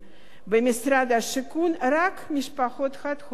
במשרד השיכון רק משפחות חד-הוריות עם